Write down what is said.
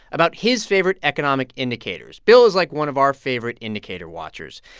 about his favorite economic indicators. bill is, like, one of our favorite indicator watchers,